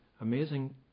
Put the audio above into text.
amazing